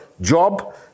job